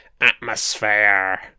Atmosphere